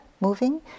moving